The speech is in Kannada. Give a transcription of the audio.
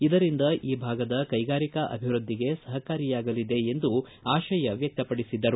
ಇದರಿಂದ ಈ ಭಾಗದ ಕೈಗಾರಿಕಾ ಅಭಿವೃದ್ಧಿಗೆ ಸಹಕಾರಿಯಾಗಲಿದೆ ಎಂದು ಆಶಯ ವ್ಯಕ್ತಪಡಿಸಿದರು